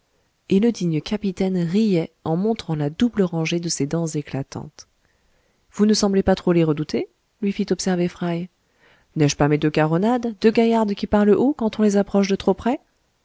et le digne capitaine riait en montrant la double rangée de ses dents éclatantes vous ne semblez pas trop les redouter lui fit observer fry n'ai-je pas mes deux caronades deux gaillardes qui parlent haut quand on les approche de trop près